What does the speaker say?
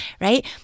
right